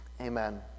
Amen